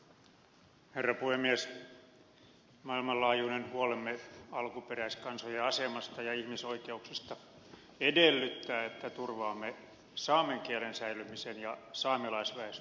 maa ilmanlaajuinen huolemme alkuperäiskansojen asemasta ja ihmisoikeuksista edellyttää että turvaamme saamen kielen säilymisen ja saamelaisväestön perusoikeudet